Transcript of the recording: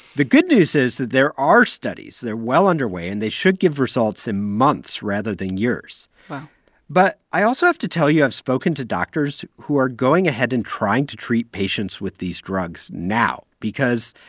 the good news is that there are studies. they're well underway, and they should give results in months rather than years wow but i also have to tell you i've spoken to doctors who are going ahead and trying to treat patients with these drugs now because,